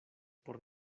por